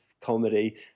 comedy